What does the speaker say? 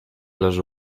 leży